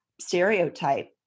stereotype